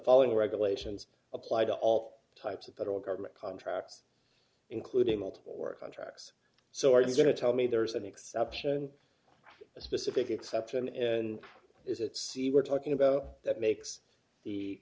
following regulations apply to all types of federal government contracts including multiple work on tracks so are you going to tell me there is an exception or a specific exception in is it's the we're talking about that makes the